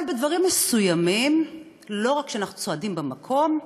אבל בדברים מסוימים לא רק שאנחנו צועדים במקום,